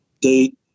date